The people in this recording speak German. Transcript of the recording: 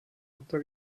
unter